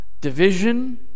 division